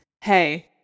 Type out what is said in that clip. Hey